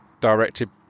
directed